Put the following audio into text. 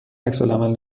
عکسالعمل